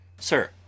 Sir